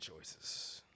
choices